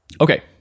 Okay